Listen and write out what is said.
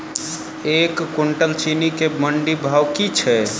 एक कुनटल चीनी केँ मंडी भाउ की छै?